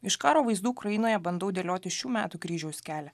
iš karo vaizdų ukrainoje bandau dėlioti šių metų kryžiaus kelią